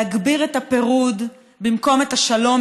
להגביר את הפירוד במקום את השלום,